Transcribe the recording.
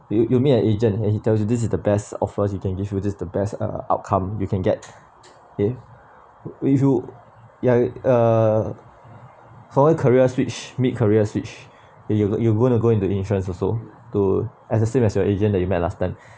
you you meet an agent and he tells you this is the best offers he can give you this is the best outcome you can get okay if you you uh for a career switch mid career switch it you look you going to go into insurance also to as the same as your agent that you met last time